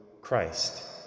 Christ